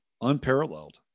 unparalleled